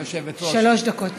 שלוש דקות.